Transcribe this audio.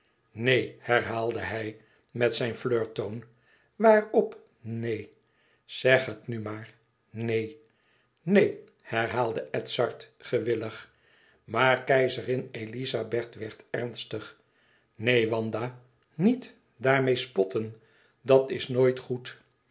neen herhaalde hij met zijn flirttoon waarop neen zeg het nu maar neen neen herhaalde edzard gewillig maar keizerin elizabeth werd ernstig neen wanda niet daarmeê spotten dat is nooit goed